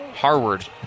Harward